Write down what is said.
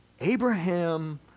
Abraham